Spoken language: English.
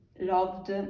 Loved